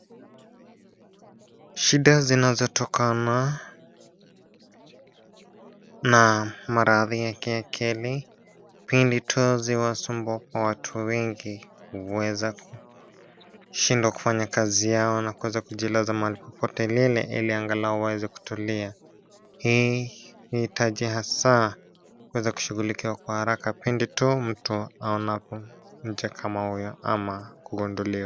Shida zinazotokana na maradhi ya kiakili pindi tu zinawasumbua watu wengi huweza kushindwa kufanya kazi yao na kuweza kujilaza mahali popote ili angalau waweze kutulia. Hii ni hitaji hasa ya kuweza kushughulikiwa haraka pindi tu mtu aonapo mtu kama huyu ama kugunduliwa.